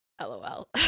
LOL